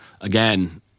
again